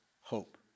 hope